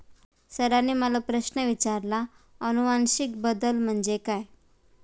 सरांनी मला प्रश्न विचारला आनुवंशिक बदल म्हणजे काय?